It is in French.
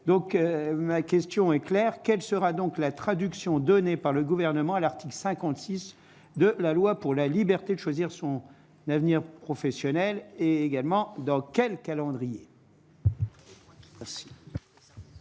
donc ma question est : claire quelle sera donc la traduction donnée par le gouvernement à l'article 56 de la loi pour la liberté, choisir son avenir professionnel est également dans quel calendrier. Je